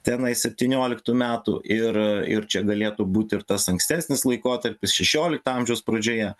tenai septynioliktų metų ir ir čia galėtų būti ir tas ankstesnis laikotarpis šešiolikto amžiaus pradžioje